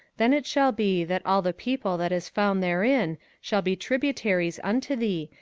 then it shall be, that all the people that is found therein shall be tributaries unto thee,